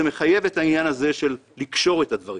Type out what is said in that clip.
זה מחייב את העניין הזה של לקשור את הדברים